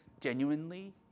genuinely